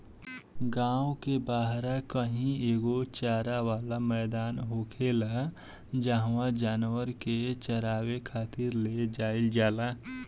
गांव के बाहरा कही एगो चारा वाला मैदान होखेला जाहवा जानवर के चारावे खातिर ले जाईल जाला